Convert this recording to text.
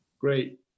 Great